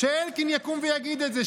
שאלקין יקום ויגיד את זה,